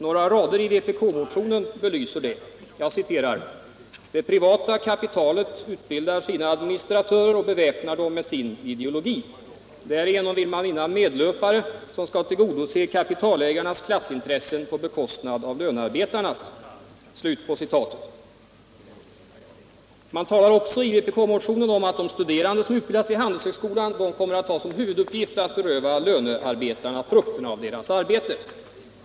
Några rader i vpk-motionen belyser detta: ”Det privata kapitalet utbildar sina administratörer och beväpnar dem med sin ideologi. Därigenom vill man vinna medlöpare som skall tillgodose kapitalägarnas klassintressen på bekostnad av lönearbetarnas.” Man talar också i vpk-motionen om att de studerande som utbildas vid Handelshögskolan kommer att ha som huvuduppgift att beröva lönearbetarna frukten av deras arbete.